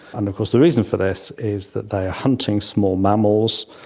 and of course the reason for this is that they are hunting small mammals,